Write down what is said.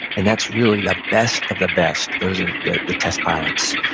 and that's really the best of the best. those are, the the test pilots.